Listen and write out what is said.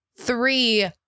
three